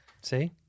See